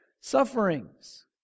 sufferings